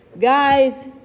guys